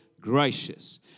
gracious